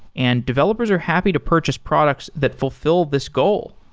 and developers are happy to purchase products that fulfill this goal.